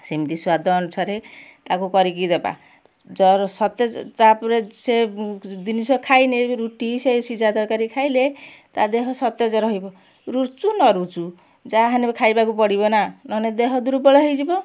ସେମିତି ସ୍ୱାଦ ଅନୁସାରେ ତାକୁ କରିକି ଦେବା ଜର ସତେ ତାପରେ ସେ ଜିନିଷ ଖାଇନି ସେ ରୁଟି ସେ ସିଝା ତରକାରୀ ଖାଇଲେ ତା ଦେହ ସତେଜ ରହିବ ରୁଚୁ ନ ରୁଚୁ ଯାହା ହେନେ ବି ଖାଇବାକୁ ପଡ଼ିବ ନା ନ ହେନେ ଦେହ ଦୁର୍ବଳ ହେଇଯିବ